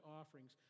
offerings